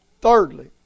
Thirdly